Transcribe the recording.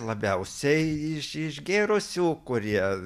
labiausiai iš išgėrusių kurie